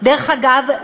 דרך אגב,